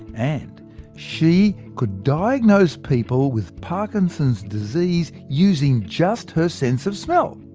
and she could diagnose people with parkinson's disease using just her sense of smell!